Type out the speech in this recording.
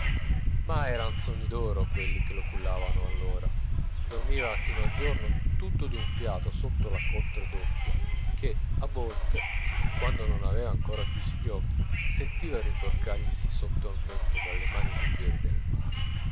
ma eran sogni d'oro quelli che lo cullavano allora dormiva sino a giorno tutto d'un fiato sotto la coltre doppia che a volte quando non aveva ancor chiusi gli occhi sentiva a rimboccarglisi sotto al mento dalle mani leggere della madre